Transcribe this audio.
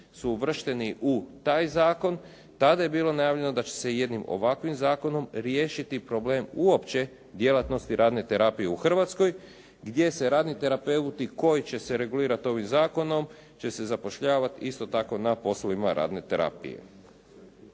su uvršteni u taj zakon, tada je bilo najavljeno da će se jednim ovakvim zakonom riješiti problem uopće djelatnosti radne terapije u Hrvatskoj gdje se radni terapeuti koji će se regulirati ovim zakonom, će se zapošljavati isto tako na poslovima radne terapije.